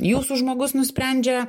jūsų žmogus nusprendžia